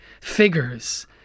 figures